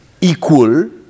equal